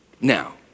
Now